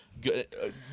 good